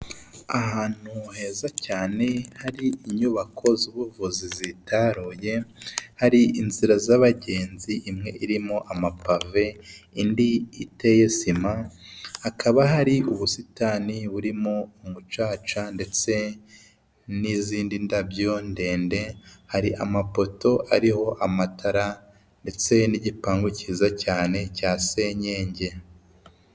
Ahantu heza cyane hari inyubako z'ubuvuzi zitaruye, hari inzira z'abagenzi imwe irimo amapave, indi iteye sima, hakaba hari ubusitani burimo umucaca ndetse n'izindi ndabyo ndende, hari amapoto ariho amatara ndetse n'igipangu cyiza cyane cya senyenge.